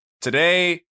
Today